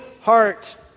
heart